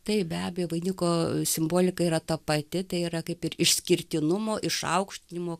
taip be abejo vainiko simbolika yra ta pati tai yra kaip ir išskirtinumo išaukštinimo